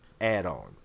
add-on